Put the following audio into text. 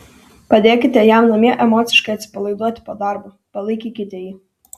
padėkite jam namie emociškai atsipalaiduoti po darbo palaikykite jį